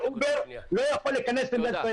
"אובר" לא יכול להיכנס למדינת ישראל,